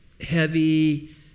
heavy